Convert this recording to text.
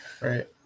Right